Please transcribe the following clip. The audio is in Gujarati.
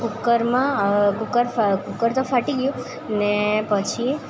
કૂકરમાં કૂ કર કુકર તો ફાટી ગયું ને પછી